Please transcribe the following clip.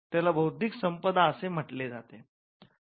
त्याला बौद्धिक संपदा असे म्हटले जाते